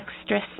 extra